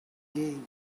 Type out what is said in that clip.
again